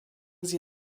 sie